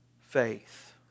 faith